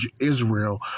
Israel